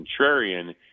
contrarian